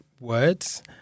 words